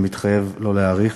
אני מתחייב לא להאריך.